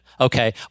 okay